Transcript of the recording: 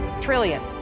trillion